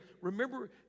Remember